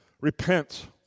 Repent